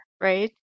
right